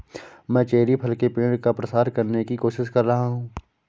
मैं चेरी फल के पेड़ का प्रसार करने की कोशिश कर रहा हूं